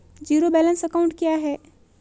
Zero balance account क्या है?